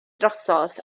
drosodd